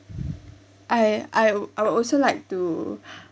I I I'd also like to